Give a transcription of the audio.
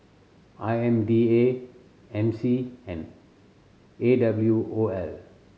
I M D A M C and A W O L